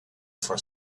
for